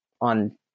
on